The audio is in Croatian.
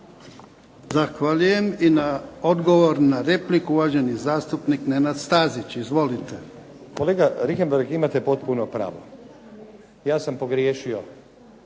Zahvaljuje. I na odgovor na repliku, uvaženi zastupnik Nenad Stazić. Izvolite. **Stazić, Nenad (SDP)** Kolega Richembergh, imate potpuno pravo, ja sam pogriješio